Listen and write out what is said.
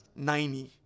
90